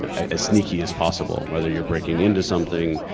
as sneaky as possible, whether you're breaking into something,